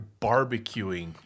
barbecuing